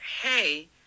hey